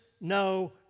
no